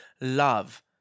love